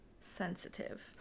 sensitive